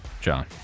John